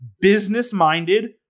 business-minded